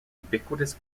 ubiquitous